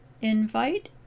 invite